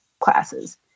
classes